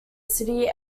city